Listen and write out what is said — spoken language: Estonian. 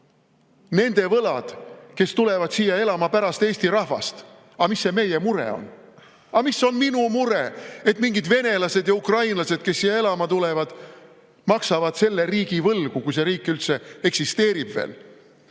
Nende võlad, kes tulevad siia elama pärast eesti rahvast. Aga mis see meie mure on? Aga mis on minu mure, et mingid venelased ja ukrainlased, kes siia elama tulevad, maksavad selle riigi võlgu, kui see riik üldse eksisteerib veel?